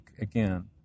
again